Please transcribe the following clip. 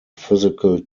physical